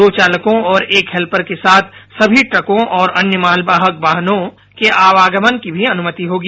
दो चालकों और एक हेल्पर के साथ सभी ट्रकों और अन्य मालवाहक वाहनों के आवागमन की भी अनुमति होगी